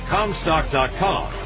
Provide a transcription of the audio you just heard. Comstock.com